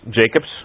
Jacob's